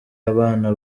abana